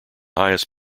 highest